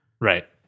right